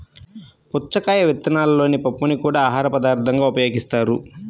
పుచ్చకాయ విత్తనాలలోని పప్పుని కూడా ఆహారపదార్థంగా ఉపయోగిస్తారు